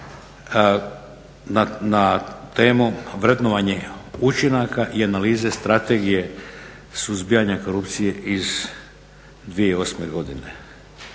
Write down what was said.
na temu "Vrednovanje učinaka i analize Strategije suzbijanja korupcije iz 2008. godine".